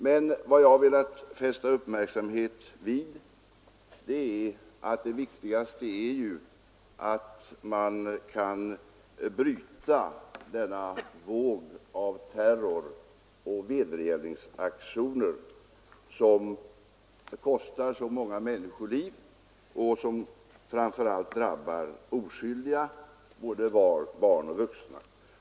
Men vad jag har velat fästa uppmärksamheten vid är att det viktigaste är att man kan bryta den våg av terror och vedergällningsaktioner som kostar så många människoliv och framför allt drabbar oskyldiga, både barn och vuxna.